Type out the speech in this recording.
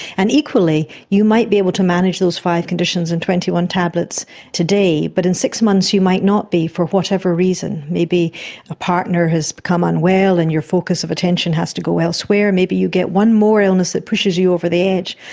and equally, you might be able to manage those five conditions and twenty one tablets today, but in six months you might not be, for whatever reason, maybe a partner has become unwell and your focus of attention has to go elsewhere, maybe you get one more illness that pushes you over the edge.